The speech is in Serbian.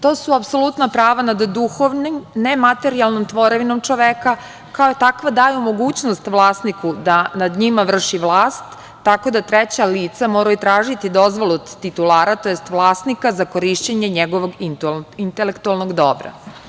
To su apsolutna prava nad duhovnim, nematerijalnom tvorevinom čoveka i kao takva daju mogućnost vlasniku da nad njima vrši vlast, tako da treća lica moraju tražiti dozvolu od titulara, tj. vlasnika za korišćenje njegovog intelektualnog dobra.